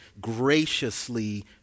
graciously